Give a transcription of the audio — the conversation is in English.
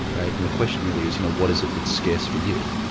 right? and the question really is, you know, what is it that's scarce for you?